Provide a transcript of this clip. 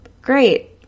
Great